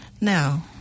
now